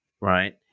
right